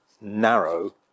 narrow